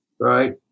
right